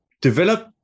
develop